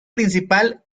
principal